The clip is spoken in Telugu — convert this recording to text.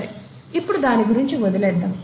సరే ఇప్పుడు దాని గురించి వదిలేద్దాం